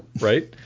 Right